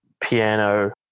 piano